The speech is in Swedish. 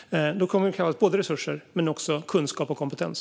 Det kommer att kräva resurser men också kunskap och kompetens.